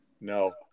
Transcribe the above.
No